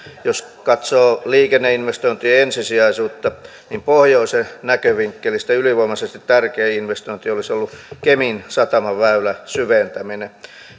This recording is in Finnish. jos katsoo liikenneinvestointien ensisijaisuutta niin pohjoisen näkövinkkelistä ylivoimaisesti tärkein investointi olisi ollut kemin satamaväylän syventäminen